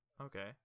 Okay